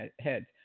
heads